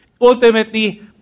ultimately